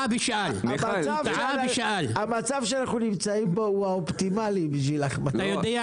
המצב שאנחנו נמצאים בו הוא האופטימלי בשביל אחמד טיבי.